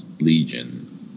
Legion